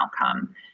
outcome